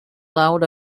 allowed